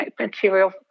material